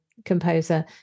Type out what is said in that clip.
Composer